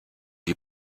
die